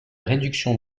réduction